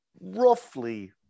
roughly